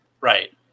Right